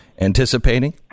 anticipating